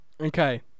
Okay